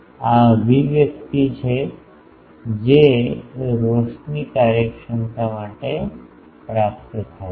આ અભિવ્યક્તિ છે જે રોશની કાર્યક્ષમતા માટે પ્રાપ્ત થાય છે